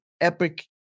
epic